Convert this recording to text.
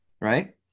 right